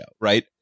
right